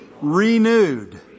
renewed